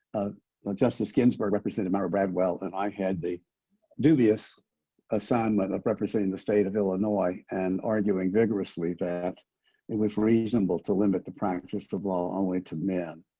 justice ginsburg represented myra bradwell, and i had the dubious assignment and of representing the state of illinois and arguing vigorously that it was reasonable to limit the practice of law only to men.